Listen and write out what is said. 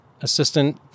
assistant